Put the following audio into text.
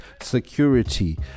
security